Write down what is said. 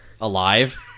alive